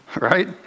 right